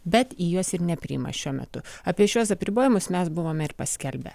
bet į juos ir nepriima šiuo metu apie šiuos apribojimus mes buvome paskelbę